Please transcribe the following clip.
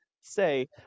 say